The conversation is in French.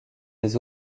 des